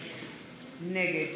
נגד